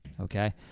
Okay